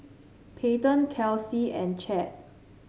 Payten Kelsie and Chadd